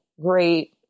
great